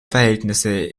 verhältnisse